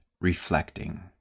reflecting